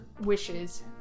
Wishes